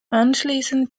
anschließend